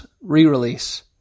re-release